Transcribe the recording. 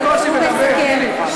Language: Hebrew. הוא מסכם.